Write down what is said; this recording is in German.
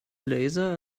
laser